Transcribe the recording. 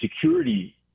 security